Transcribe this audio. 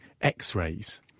X-rays